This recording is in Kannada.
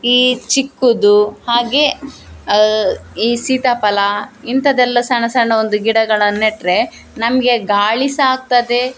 ಈ ಚಿಕ್ಕುದು ಹಾಗೆ ಈ ಸೀತಾಫಲ ಇಂಥದ್ದೆಲ್ಲ ಸಣ್ಣ ಸಣ್ಣ ಒಂದು ಗಿಡಗಳನ್ನ ನೆಟ್ಟರೆ ನಮಗೆ ಗಾಳಿ ಸಹ ಆಗ್ತದೆ